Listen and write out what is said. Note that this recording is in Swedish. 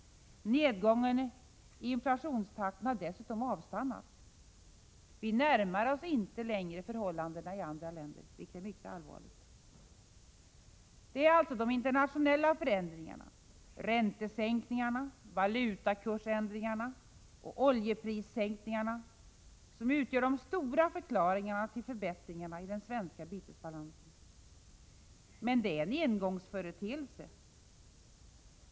Nedgången i inflationstakten har dessutom avstannat. Vi närmar oss inte längre förhållandena i andra länder, vilket är mycket allvarligt. Det är alltså de internationella förändringarna — räntesänkningarna, valutakursändringarna och oljeprissänkningarna — som utgör de stora förklaringarna till förbättringarna i den svenska bytesbalansen. Men det är engångsföreteelser.